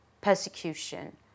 persecution